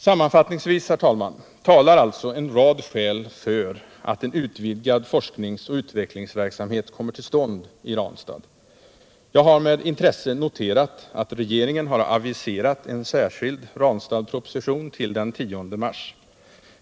Sammanfattningsvis, herr talman, talar en rad skäl för att en utvidgad forskningsoch utvecklingsverksamhet kommer till stånd i Ranstad. Jag har med intresse noterat att regeringen har aviserat en särskild Ranstadsproposition till den 10 mars.